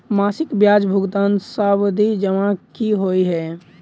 मासिक ब्याज भुगतान सावधि जमा की होइ है?